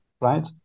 right